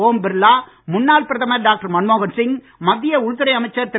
ஓம் பிர்லா முன்னாள் பிரதமர் டாக்டர் மன்மோகன் சிங் மத்திய உள்துறை அமைச்சர் திரு